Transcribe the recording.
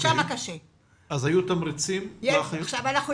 האם היו תמריצים לאחיות?